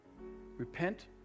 Repent